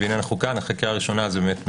זה מאוד משמעותי,